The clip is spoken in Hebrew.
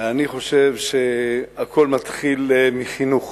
אני חושב שהכול מתחיל מחינוך.